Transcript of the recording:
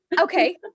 Okay